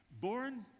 born